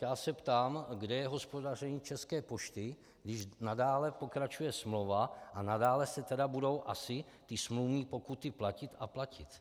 A tak se ptám, kde je hospodaření České pošty, když nadále pokračuje smlouva a nadále se tedy budou asi smluvní pokuty platit a platit.